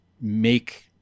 make